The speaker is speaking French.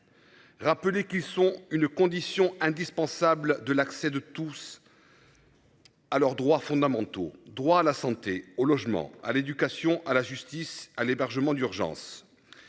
Rappeler qui sont une condition indispensable de l'accès de tous. À leurs droits fondamentaux. Droit à la santé, au logement, à l'éducation à la justice à l'hébergement d'urgence.